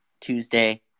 Tuesday